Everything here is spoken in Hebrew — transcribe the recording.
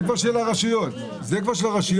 זה כבר של הרשויות, זה כבר של הרשויות.